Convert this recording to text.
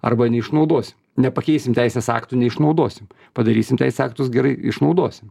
arba neišnaudosim nepakeisim teisės aktų neišnaudosim padarysim teis aktus gerai išnaudosim